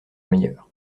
meilleur